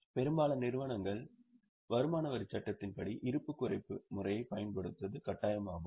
பெரும்பாலான நிறுவனங்கள் வருமான வரிச் சட்டத்தின் படி இருப்பு குறைப்பு முறையைப் பயன்படுத்துவது கட்டாயமாகும்